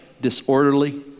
disorderly